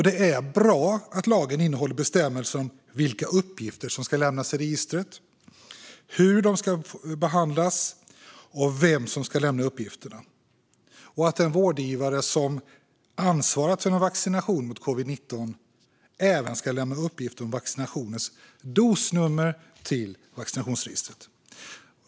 Det är bra att lagen innehåller bestämmelser om vilka uppgifter som ska lämnas i registret, hur de ska få behandlas, vem som ska lämna uppgifterna och att den vårdgivare som har ansvarat för en vaccination mot covid-19 även ska lämna uppgift om vaccinationens dosnummer till vaccinationsregistret.